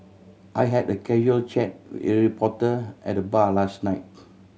I had a casual chat with a reporter at the bar last night